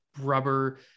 rubber